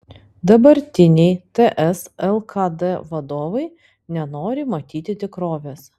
dabartiniai ts lkd vadovai nenori matyti tikrovės